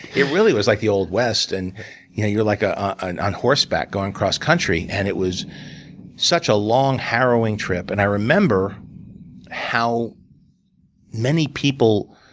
it really was like the old west, and you know you're like ah and on horseback going cross country. and it was such a long, harrowing trip. and i remember how many people